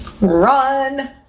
Run